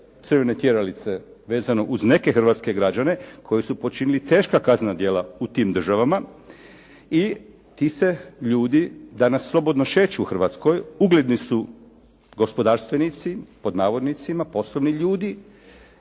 crvene tjeralice vezano uz neke hrvatske građane koji su počinili teška kaznena djela u tim državama i ti se ljudi danas slobodno šeću u Hrvatskoj, ugledni su gospodarstvenici pod navodnicima, poslovni ljudi,